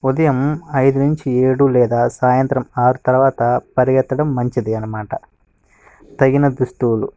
ఉదయం ఐదు నుంచి ఏడు లేదా సాయంత్రం ఆరు తర్వాత పరుగెత్తడం మంచిది అన్నమాట తగిన దుస్తులు